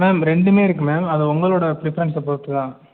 ma'am ரெண்டுமே இருக்குது ma'am அது உங்களோட ப்ரிஃபரன்ஸ்ஸை பொறுத்துதான்